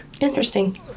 Interesting